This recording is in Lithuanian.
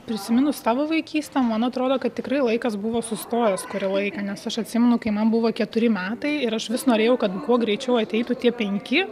prisiminus tavo vaikystę man atrodo kad tikrai laikas buvo sustojęs kurį laiką nes aš atsimenu kai man buvo keturi metai ir aš vis norėjau kad kuo greičiau ateitų tie penki